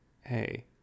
hey